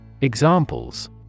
Examples